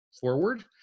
forward